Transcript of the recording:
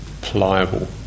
pliable